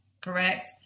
correct